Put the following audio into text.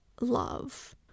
love